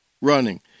running